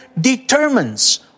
determines